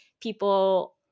people